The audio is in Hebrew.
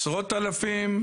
עשרות אלפים?